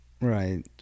right